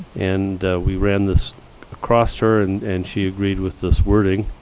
and we ran this across her. and and she agreed with this wording.